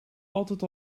altijd